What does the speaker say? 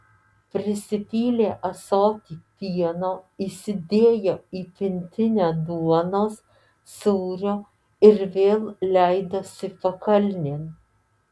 prisipylė ąsotį pieno įsidėjo į pintinę duonos sūrio ir vėl leidosi pakalnėn